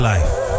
Life